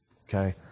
Okay